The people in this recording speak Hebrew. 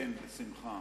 בשמחה.